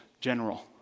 general